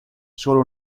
solo